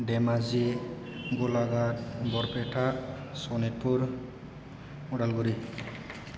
Dhemaji Golaghat Barpeta Sonitpur Udalguri